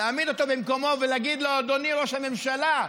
להעמיד אותו במקומו ולהגיד לו: אדוני ראש הממשלה,